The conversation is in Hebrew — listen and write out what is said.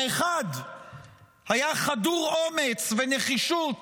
האחד היה חדור אומץ ונחישות